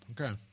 Okay